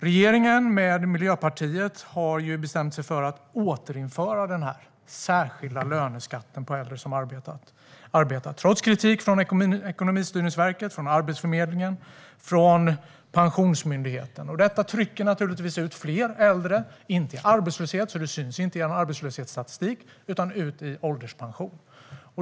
Regeringen, och Miljöpartiet, har bestämt sig för att återinföra denna särskilda löneskatt på äldre som arbetar, trots kritik från Ekonomistyrningsverket, Arbetsförmedlingen och Pensionsmyndigheten. Detta trycker naturligtvis ut fler äldre - inte i arbetslöshet, eftersom det inte syns i arbetslöshetsstatistiken, utan ut i ålderspension.